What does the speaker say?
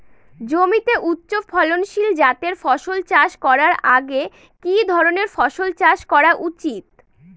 জমিতে উচ্চফলনশীল জাতের ফসল চাষ করার আগে কি ধরণের ফসল চাষ করা উচিৎ?